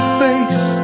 face